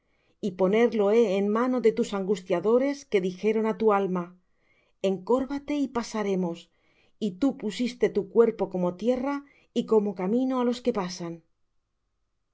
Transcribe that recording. y ponerlo he en mano de tus angustiadores que dijeron á tu alma encórvate y pasaremos y tú pusiste tu cuerpo como tierra y como camino á los que pasan